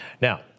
Now